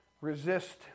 Resist